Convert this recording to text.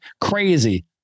crazy